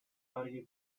audio